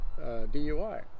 DUI